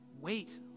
Wait